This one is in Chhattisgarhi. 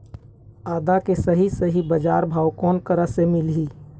आदा के सही सही बजार भाव कोन करा से मिलही?